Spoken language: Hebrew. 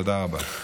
תודה רבה.